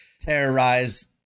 terrorize